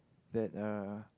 that uh